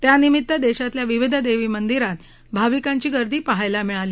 त्यानिमित्त देशभरातल्या विविध देवी मंदिरांमधे भाविकांची गर्दी पहायला मिळाली